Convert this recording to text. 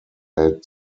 eight